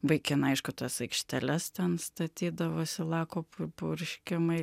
vaikinai aišku tas aikšteles ten statydavosi lako purškimai